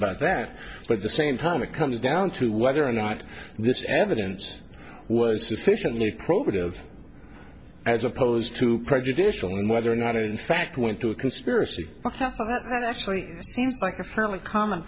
about that but the same time it comes down to whether or not this evidence was sufficiently probative as opposed to prejudicial and whether or not it is in fact went to a conspiracy that actually seems like a fairly common